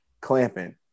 clamping